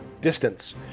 distance